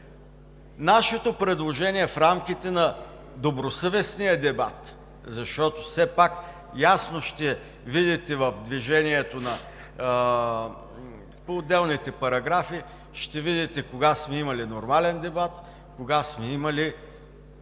Нашето предложение е в рамките на добросъвестния дебат, защото все пак ясно ще видите в движението на отделните параграфи кога сме имали нормален дебат, кога сме имали